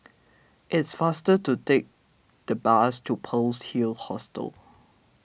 it's faster to take the bus to Pearl's Hill Hostel